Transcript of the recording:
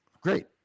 great